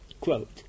quote